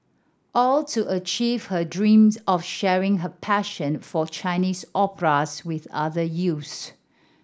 all to achieve her dreams of sharing her passion for Chinese operas with other youths